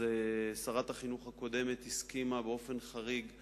שרת החינוך הקודמת הסכימה באופן חריג ל"מצ'ינג"